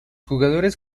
jugadores